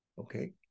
Okay